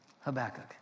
Habakkuk